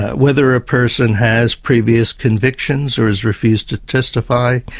whether a person has previous convictions or has refused to testify,